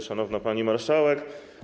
Szanowna Pani Marszałek!